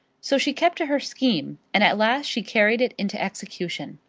so she kept to her scheme, and at last she carried it into execution.